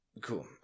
Cool